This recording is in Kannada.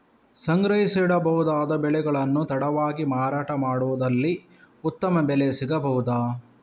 ಸಂಗ್ರಹಿಸಿಡಬಹುದಾದ ಬೆಳೆಗಳನ್ನು ತಡವಾಗಿ ಮಾರಾಟ ಮಾಡುವುದಾದಲ್ಲಿ ಉತ್ತಮ ಬೆಲೆ ಸಿಗಬಹುದಾ?